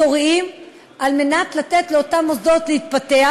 כדי לתת לאותם מוסדות להתפתח.